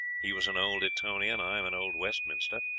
he was an old etonian, i an old westminster,